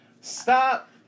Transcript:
Stop